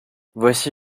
voici